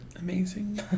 Amazing